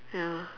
ya